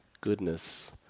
goodness